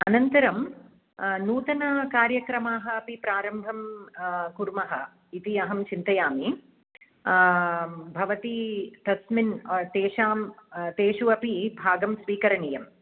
अनन्तरं नूतन कार्यक्रमाः अपि प्रारम्भं कूर्मः इति अहं चिन्तयामि भवती तस्मिन् तेषां तेषु अपि भागं स्वीकरणीयम्